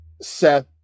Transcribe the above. Seth